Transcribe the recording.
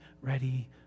ready